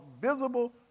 visible